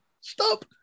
Stop